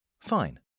Fine